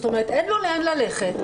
אין לו לאן ללכת,